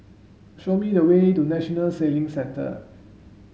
show me the way to National Sailing Centre